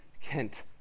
Kent